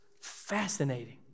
Fascinating